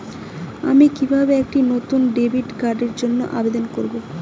আমি কিভাবে একটি নতুন ডেবিট কার্ডের জন্য আবেদন করব?